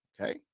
okay